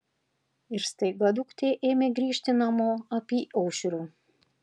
ir staiga duktė ėmė grįžti namo apyaušriu